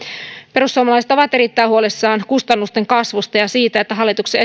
perussuomalaiset ovat erittäin huolissaan kustannusten kasvusta ja siitä että hallituksen